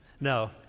no